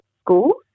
school